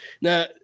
now